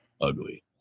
ugly